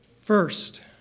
First